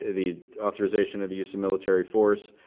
the authorization of the use of military force.